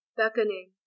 beckoning